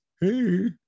hey